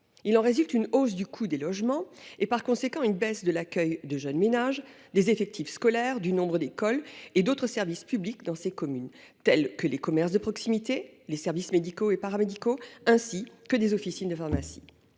Il en résulte une hausse du coût des logements et, par conséquent, une baisse de l’accueil de jeunes ménages, des effectifs scolaires, du nombre d’écoles et d’autres services publics dans ces communes, comme les commerces de proximité, les services médicaux et paramédicaux et les officines de pharmacie.